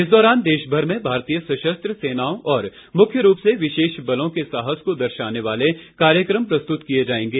इस दौरान देश भर में भारतीय सशस्त्र सेनाओं और मुख्य रूप से विशेष बलों के साहस को दर्शाने वाले कार्यक्रम प्रस्तुत किए जाएंगे